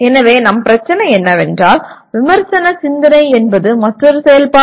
எனவே நம் பிரச்சினை என்னவென்றால் விமர்சன சிந்தனை என்பது மற்றொரு செயல்பாடு